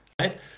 right